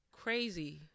Crazy